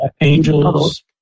angels